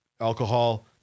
alcohol